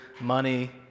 money